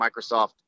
Microsoft